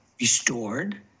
restored